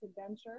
adventure